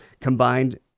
combined